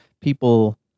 people